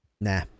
nah